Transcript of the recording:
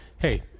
hey